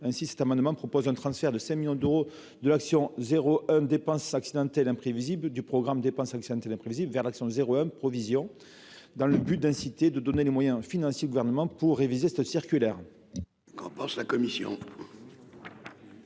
ainsi cet amendement propose un transfert de 5 millions d'euros de l'action 0 1 dépenses accidentelles imprévisible du programme dépenses accidentelles imprévisible vers l'action 01 provisions dans le but d'inciter, de donner les moyens financiers gouvernement pour réviser cette circulaire.